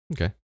Okay